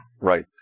Right